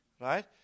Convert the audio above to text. Right